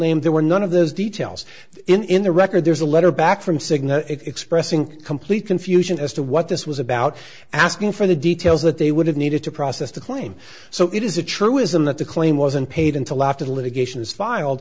name there were none of those details in the record there's a letter back from cigna expressing complete confusion as to what this was about asking for the details that they would have needed to process the claim so it is a truism that the claim wasn't paid until after the litigation is filed